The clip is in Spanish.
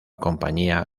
compañía